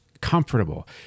comfortable